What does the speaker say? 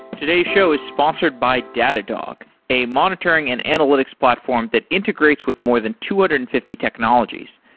today's show is sponsored by datadog, a monitoring and analytics platform that integrates with more than two hundred and fifty technologies,